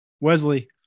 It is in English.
Wesley